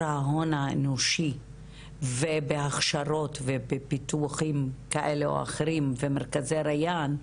ההון האנושי ובהכשרות ובפיתוחים כאלה או אחרים במרכזי רייאן,